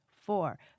four